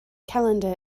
calendar